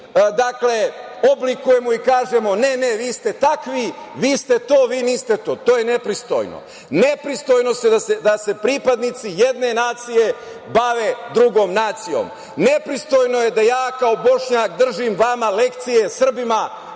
ih mi oblikujemo i kažemo – ne, vi ste takvi, vi ste to, vi niste to. To je nepristojno. Nepristojno je da se pripadnici jedne nacije bave drugom nacijom. Nepristojno je da ja kao Bošnjak držim vama lekcije Srbima